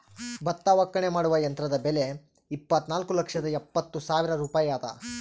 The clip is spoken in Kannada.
ಭತ್ತ ಒಕ್ಕಣೆ ಮಾಡುವ ಯಂತ್ರದ ಬೆಲೆ ಇಪ್ಪತ್ತುನಾಲ್ಕು ಲಕ್ಷದ ಎಪ್ಪತ್ತು ಸಾವಿರ ರೂಪಾಯಿ ಅದ